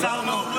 שר מהאופוזיציה.